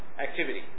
activity